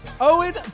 Owen